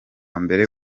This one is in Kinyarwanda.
mbere